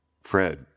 Fred